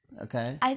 Okay